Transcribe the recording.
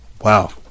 Wow